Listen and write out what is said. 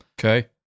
Okay